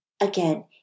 Again